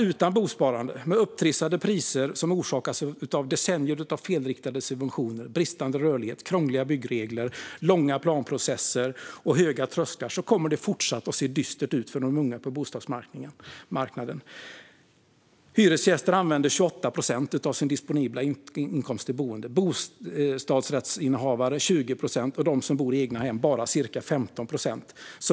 Utan bosparande och med upptrissade priser som orsakas av decennier av felriktade subventioner, bristande rörlighet, krångliga byggregler, långa planprocesser och höga trösklar kommer det att fortsätta att se dystert ut för de unga på bostadsmarknaden. Hyresgäster använder 28 procent av sin disponibla inkomst till boende, bostadsrättsinnehavare 20 procent och egnahemsägare ca 15 procent.